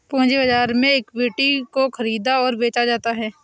पूंजी बाजार में इक्विटी को ख़रीदा और बेचा जाता है